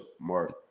Mark